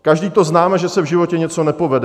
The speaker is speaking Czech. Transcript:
Každý to známe, že se v životě něco nepovede.